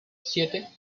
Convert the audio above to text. siete